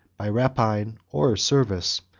by rapine or service,